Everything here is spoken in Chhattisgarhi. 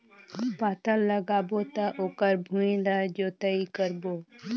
पातल लगाबो त ओकर भुईं ला जोतई करबो?